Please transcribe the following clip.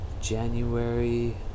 January